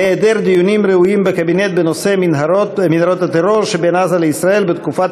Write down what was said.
היעדר דיונים ראויים בקבינט בנושא מנהרות הטרור שבין עזה לישראל בתקופת